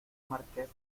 marqués